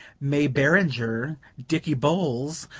may beringer, dicky bowles,